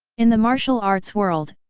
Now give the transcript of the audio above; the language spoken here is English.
in the martial arts world,